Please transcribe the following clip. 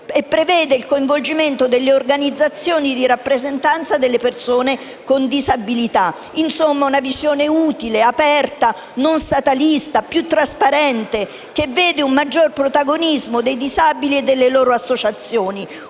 prevede il coinvolgimento delle organizzazioni di rappresentanza delle persone con disabilità. Si tratta, in sostanza, di una visione utile e aperta, non statalista, più trasparente, che vede un maggiore protagonismo dei disabili e delle loro associazioni;